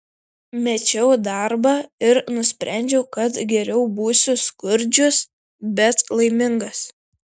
mečiau darbą ir nusprendžiau kad geriau būsiu skurdžius bet laimingas